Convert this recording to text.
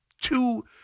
two